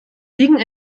liegen